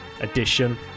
edition